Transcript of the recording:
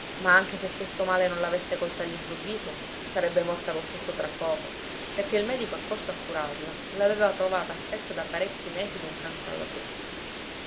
ma anche se questo male non l'avesse colta all'improvviso sarebbe morta lo stesso tra poco perché il medico accorso a curarla l'aveva trovata affetta da parecchi mesi d'un cancro alla bocca